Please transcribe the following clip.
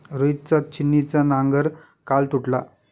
रोहितचा छिन्नीचा नांगर काल तुटला